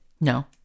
no